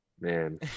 man